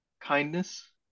kindness